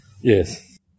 Yes